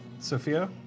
Sophia